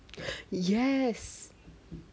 yes